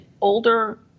older